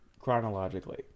chronologically